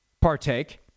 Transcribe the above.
partake